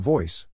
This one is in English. Voice